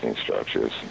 structures